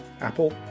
Apple